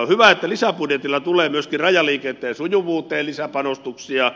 on hyvä että lisäbudjetilla tulee myöskin rajaliikenteen sujuvuuteen lisäpanostuksia